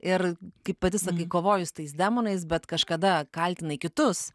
ir kaip pati sakai kovoji su tais demonais bet kažkada kaltinai kitus